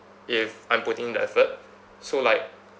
if I'm putting the effort so like